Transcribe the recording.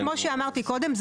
כמו שאמרתי קודם,